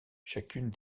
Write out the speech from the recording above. chacune